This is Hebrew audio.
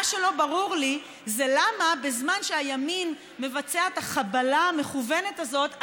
מה שלא ברור לי זה למה בזמן שהימין מבצע את החבלה המכוונת הזאת,